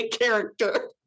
character